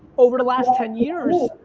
over the last ten years,